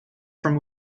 from